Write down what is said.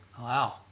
wow